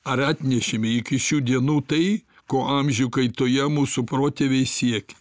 ar atnešėme iki šių dienų tai ko amžių kaitoje mūsų protėviai siekė